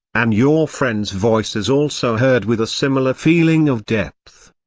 and your friend's voice is also heard with a similar feeling of depth.